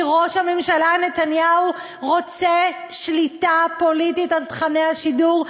כי ראש הממשלה נתניהו רוצה שליטה פוליטית על תוכני השידור,